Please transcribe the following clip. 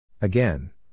Again